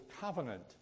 covenant